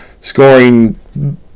scoring